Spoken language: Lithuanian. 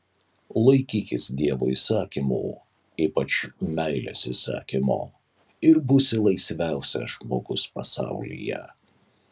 laikykis dievo įsakymų ypač meilės įsakymo ir būsi laisviausias žmogus pasaulyje